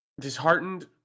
disheartened